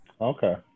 Okay